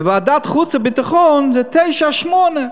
ובוועדת החוץ והביטחון זה תשעה שמונה?